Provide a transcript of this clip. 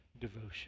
devotion